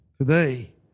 today